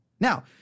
Now